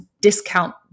discount